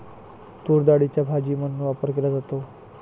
तूरडाळीचा भाजी म्हणून वापर केला जातो